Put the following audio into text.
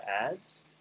ads